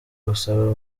gusaba